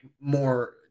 more